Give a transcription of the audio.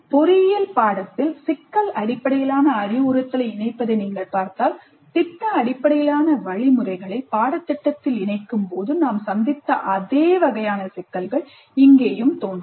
பொறியியல் பாடத்திட்டத்தில் சிக்கல் அடிப்படையிலான அறிவுறுத்தலை இணைப்பதை நீங்கள் பார்த்தால் திட்ட அடிப்படையிலான வழிமுறைகளை பாடத்திட்டத்தில் இணைக்கும்போது நாம் சந்தித்த அதே வகையான சிக்கல்கள் இங்கேயும் தோன்றும்